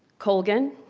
colgan,